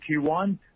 Q1